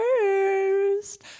first